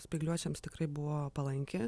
spygliuočiams tikrai buvo palanki